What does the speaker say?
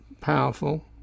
powerful